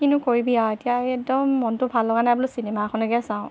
কিনো কৰিবি আৰু এতিয়া এই একদম মনটো ভাল লগা নাই বোলো চিনেমা এখনকে চাওঁ